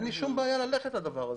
אין לי שום בעיה ללכת לדבר הזה.